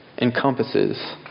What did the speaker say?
encompasses